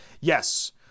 Yes